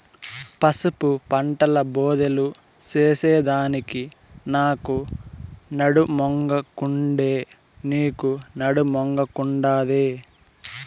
పసుపు పంటల బోదెలు చేసెదానికి నాకు నడుమొంగకుండే, నీకూ నడుమొంగకుండాదే